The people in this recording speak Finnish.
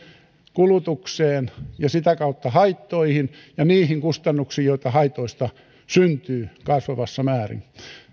kulutukseen ja sitä kautta haittoihin ja niihin kustannuksiin joita haitoista syntyy kasvavassa määrin